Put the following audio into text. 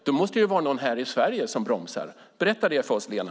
Då måste det vara någon här i Sverige som bromsar. Berätta det för oss, Lena.